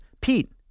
Pete